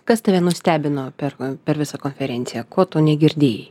kas tave nustebino per per visą konferenciją ko tu negirdėjai